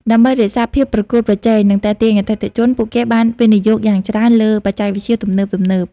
ដើម្បីរក្សាភាពប្រកួតប្រជែង និងទាក់ទាញអតិថិជន ពួកគេបានវិនិយោគយ៉ាងច្រើនលើបច្ចេកវិទ្យាទំនើបៗ។